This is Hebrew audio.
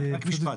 רק משפט.